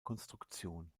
konstruktion